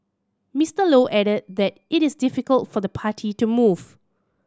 Mister Low added that it is difficult for the party to move